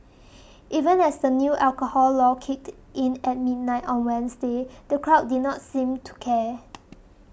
even as the new alcohol law kicked in at midnight on Wednesday the crowd did not seem to care